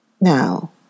Now